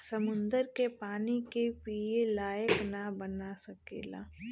समुन्दर के पानी के पिए लायक ना बना सकेला